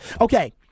Okay